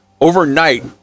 overnight